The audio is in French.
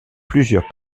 plusieurs